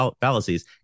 fallacies